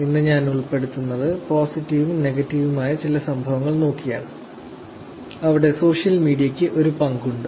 ഇന്ന് ഞാൻ ഉൾപ്പെടുത്തുന്നത് പോസിറ്റീവും നെഗറ്റീവുമായ ചില സംഭവങ്ങൾ നോക്കിയാണ് അവിടെ സോഷ്യൽ മീഡിയയ്ക്ക് ഒരു പങ്കുണ്ട്